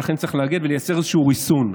ולכן צריך להגן ולייצר איזשהו ריסון,